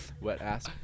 Wet-ass